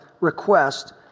request